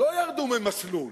לא ירדו ממסלול,